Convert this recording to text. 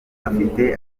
afite